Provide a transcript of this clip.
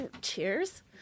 cheers –